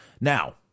Now